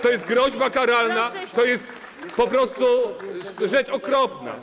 To jest groźba karalna, to jest po prostu rzecz okropna.